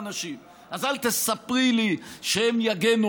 הם באמת קיימו דיון אמיתי בדבר הזה או שהם מיהרו